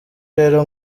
rero